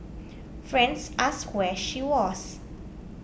friends asked where she was